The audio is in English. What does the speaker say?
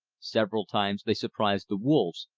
several times they surprised the wolves,